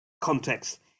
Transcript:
context